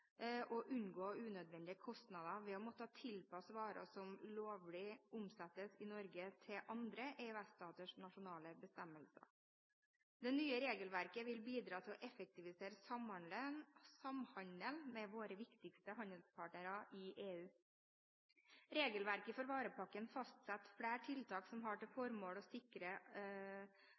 å unngå unødvendige kostnader ved å måtte tilpasse varer som lovlig omsettes i Norge, til andre EØS-staters nasjonale bestemmelser. Det nye regelverket vil bidra til å effektivisere samhandelen med våre viktigste handelspartnere i EU. Regelverket for varepakken fastsetter flere tiltak som har til formål å sikre